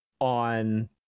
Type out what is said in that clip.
on